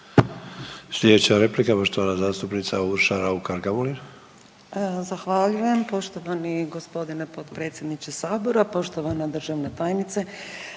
Sljedeća replika poštovana zastupnica Rada Borić.